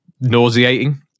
nauseating